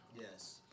Yes